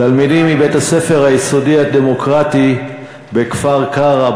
תלמידים מבית-הספר היסודי הדמוקרטי בכפר-קרע,